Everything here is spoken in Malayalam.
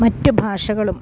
മറ്റ് ഭാഷകളും